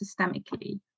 systemically